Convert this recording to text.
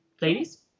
ladies